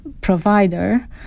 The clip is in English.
provider